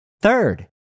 Third